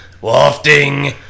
Wafting